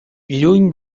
lluny